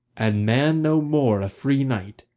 and man no more a free knight,